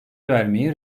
vermeyi